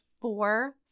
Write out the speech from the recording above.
four